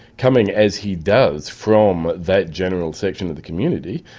coming as he does from that general section of the community,